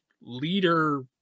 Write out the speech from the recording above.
leader